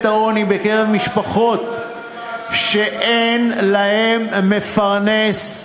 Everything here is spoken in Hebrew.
העוני בקרב משפחות שאין להן מפרנס,